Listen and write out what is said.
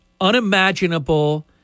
unimaginable